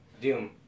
Doom